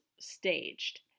staged